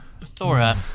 Thora